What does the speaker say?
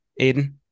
Aiden